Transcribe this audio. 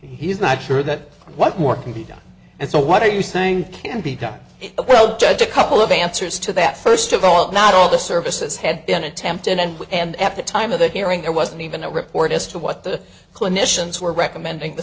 he's not sure that what more can be done and so what are you saying can be done approach judge a couple of answers to that first of all not all the services had been attempted and and at the time of the hearing there wasn't even a report as to what the clinicians were recommending the